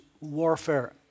warfare